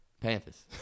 Panthers